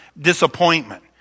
disappointment